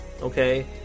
Okay